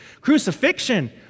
Crucifixion